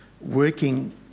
working